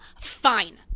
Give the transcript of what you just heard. Fine